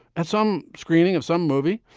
at some screening of some movie,